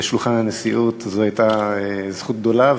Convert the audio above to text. בשולחן הנשיאות זו הייתה זכות גדולה,